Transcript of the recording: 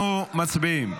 אנחנו מצביעים.